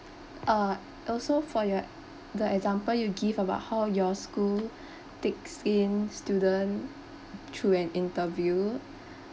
uh also for your the example you give about how your school takes in student through an interview